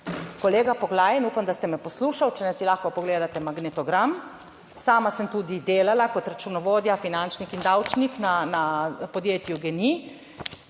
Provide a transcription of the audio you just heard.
Kolega Poglajen, upam, da ste me poslušali, če si lahko pogledate magnetogram. Sama sem tudi delala kot računovodja, finančnik in davčnik na podjetju GEN-I